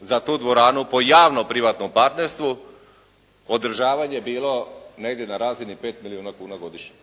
za tu dvoranu po javno privatnom partnerstvu održavanje bilo negdje na razini 5 milijuna kuna godišnje.